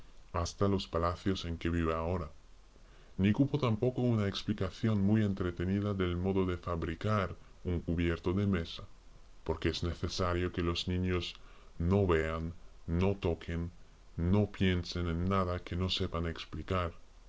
hasta los palacios en que vive ahora ni cupo tampoco una explicación muy entretenida del modo de fabricar un cubierto de mesa porque es necesario que los niños no vean no toquen no piensen en nada que no sepan explicar